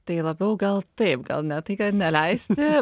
tai labiau gal taip gal ne tai kad neleisti